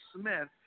Smith